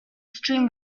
stream